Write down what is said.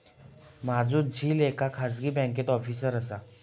माझो झिल एका खाजगी बँकेत ऑफिसर असा